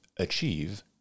achieve